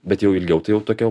bet jau ilgiau tai jau tokia